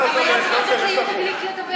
אבל הוא לא נותן ליהודה גליק לדבר.